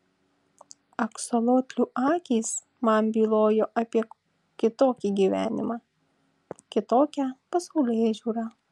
aksolotlių akys man bylojo apie kitokį gyvenimą kitokią pasaulėžiūrą